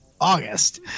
august